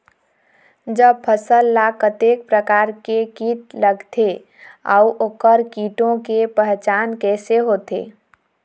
जब फसल ला कतेक प्रकार के कीट लगथे अऊ ओकर कीटों के पहचान कैसे होथे?